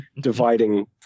dividing